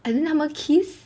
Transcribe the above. and 他们 kiss